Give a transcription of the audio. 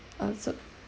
also